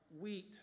wheat